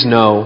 no